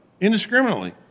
indiscriminately